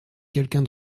quelqu’un